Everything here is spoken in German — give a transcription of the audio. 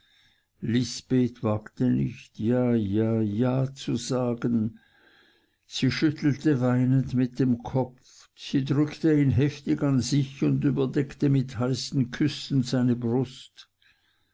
lisbeth wagte nicht ja ja ja zu sagen sie schüttelte weinend mit dem kopf sie drückte ihn heftig an sich und überdeckte mit heißen küssen seine brust